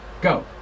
Go